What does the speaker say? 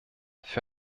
für